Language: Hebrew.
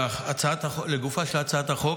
לגופה של הצעת החוק.